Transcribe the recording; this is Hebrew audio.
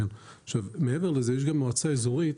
עכשיו מעבר לזה יש גם מועצה אזורית